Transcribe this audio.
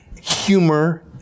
humor